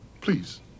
Please